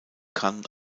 cannes